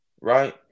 right